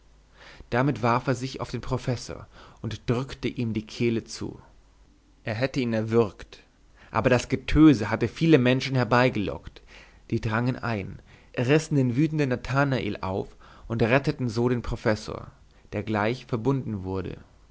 damit warf er sich auf den professor und drückte ihm die kehle zu er hätte ihn erwürgt aber das getöse hatte viele menschen herbeigelockt die drangen ein rissen den wütenden nathanael auf und retteten so den professor der gleich verbunden wurde